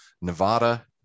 nevada